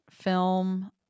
film